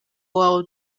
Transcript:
wawe